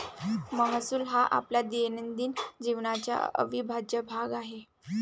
महसूल हा आपल्या दैनंदिन जीवनाचा अविभाज्य भाग आहे